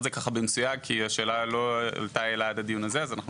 זה לא סתם שהם מפרסמים "as is",